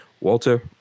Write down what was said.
Walter